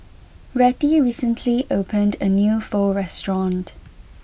Rettie recently opened a new Pho restaurant